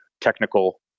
technical